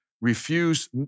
Refuse